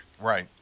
Right